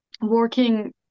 working